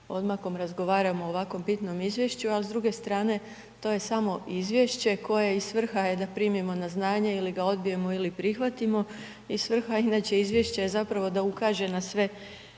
odmakom razgovaramo o ovako bitnom izvješću, ali s druge strane to je samo izvješće koje i svrha je da primimo na znanje ili ga odbijemo ili prihvatimo i svrha inače izvješća je zapravo da ukaže na sve